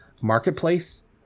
marketplace